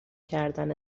کردن